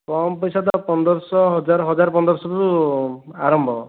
କମ୍ ପଇସା ତ ପନ୍ଦରଶହ ହଜାରରୁ ହଜାରେ ପନ୍ଦରଶହରୁ ଆରମ୍ଭ